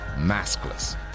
maskless